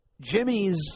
Jimmy's